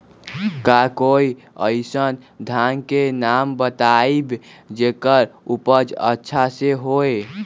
का कोई अइसन धान के नाम बताएब जेकर उपज अच्छा से होय?